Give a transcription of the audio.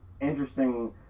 interesting